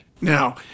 Now